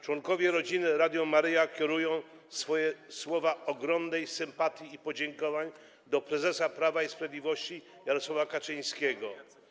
Członkowie Rodziny Radia Maryja kierują słowa ogromnej sympatii i podziękowania do prezesa Prawa i Sprawiedliwości Jarosława Kaczyńskiego.